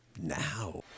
now